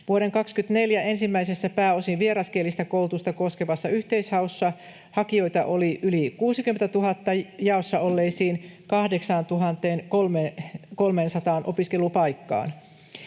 Vuoden 24 ensimmäisessä, pääosin vieraskielistä koulutusta koskevassa yhteishaussa hakijoita oli yli 60 000 jaossa olleisiin 8 300 opiskelupaikkaan.